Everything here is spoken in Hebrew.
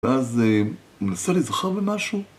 ואז... הוא מנסה להיזכר במשהו?